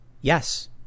Yes